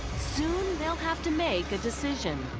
soon they'll have to make a decision.